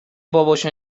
باباشو